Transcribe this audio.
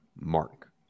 Mark